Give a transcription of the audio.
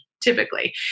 Typically